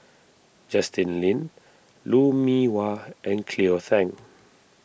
Justin Lean Lou Mee Wah and Cleo Thang